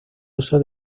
uso